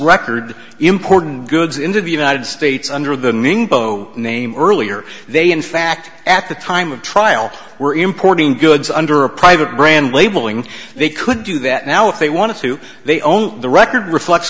record important goods into the united states under the new name earlier they in fact at the time of trial were importing goods under a private brand labeling they could do that now if they wanted to they own the record reflects